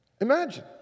imagine